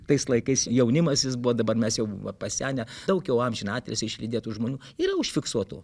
tais laikais jaunimas jis buvo dabar mes jau pasenę daug jau į amžiną atilsį išlydėtų žmonių yra užfiksuotų